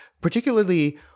Particularly